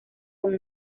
con